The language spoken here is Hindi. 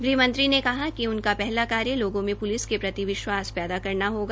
ग़हमंत्री ने कहा कि उनका पहला कार्य लोगों में प्लिस के प्रति विश्वास पैदा करना होगा